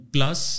Plus